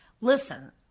Listen